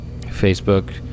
Facebook